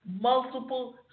multiple